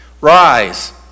Rise